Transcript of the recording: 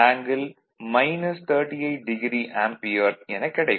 9 angle 38° ampere எனக் கிடைக்கும்